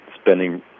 spending